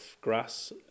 grass